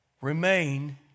Remain